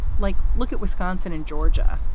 like look at wisconsin and georgia.